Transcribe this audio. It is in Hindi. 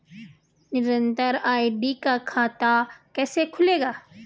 निरन्तर आर.डी का खाता कैसे खुलेगा?